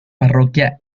parroquia